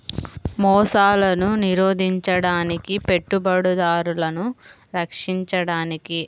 మోసాలను నిరోధించడానికి, పెట్టుబడిదారులను రక్షించడానికి